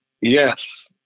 Yes